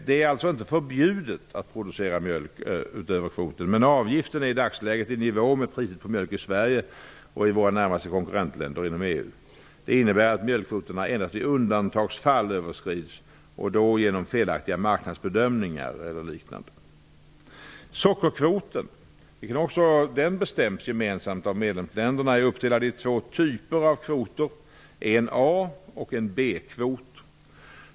Det är alltså inte förbjudet att producera mjölk utöver kvoten, men avgiften är i dagsläget i nivå med priser på mjölk i Sverige och i våra närmaste konkurrentländer inom EU. Det innebär att mjölkkvoterna endast i undantagsfall överskrids och då genom felaktiga marknadsbedömningar eller liknande. Sockerkvoten, vilken också bestäms gemensamt av medlemsländerna, är uppdelad i två typer av kvoter, en A och en B-kvot.